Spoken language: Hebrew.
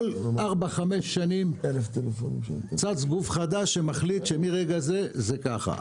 כל ארבע-חמש שנים צץ גוף חדש שמחליט שמרגע זה זה ככה,